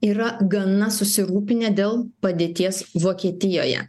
yra gana susirūpinę dėl padėties vokietijoje